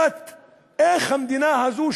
איך המדינה הזו,